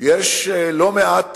יש לא מעט